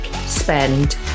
spend